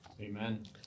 Amen